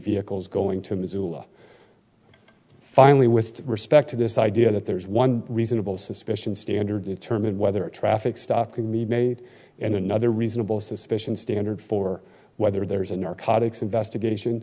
vehicles going to missoula finally with respect to this idea that there is one reasonable suspicion standard determine whether a traffic stop can be made and another reasonable suspicion standard for whether there's a narcotics investigation